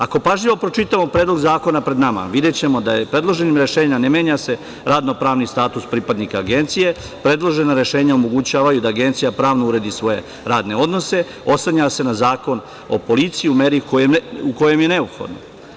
Ako pažljivo pročitamo Predlog zakona pred nama, videćemo da se predloženim rešenjem ne menja radnopravni status pripadnika Agencije, predložena rešenja omogućavaju da Agencija pravno uredi svoje radne odnose, oslanja se na Zakon o policiji u meri u kojoj je neophodno.